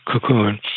cocoon